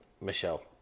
Michelle